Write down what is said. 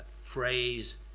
phrase